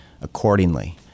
accordingly